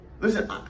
listen